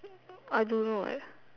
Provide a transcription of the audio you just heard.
I don't know eh